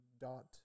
dot